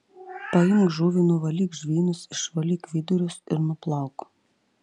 paimk žuvį nuvalyk žvynus išvalyk vidurius ir nuplauk